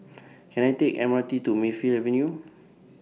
Can I Take M R T to Mayfield Avenue